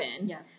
yes